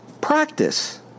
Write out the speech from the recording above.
practice